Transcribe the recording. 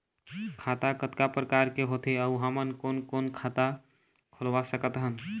खाता कतका प्रकार के होथे अऊ हमन कोन कोन खाता खुलवा सकत हन?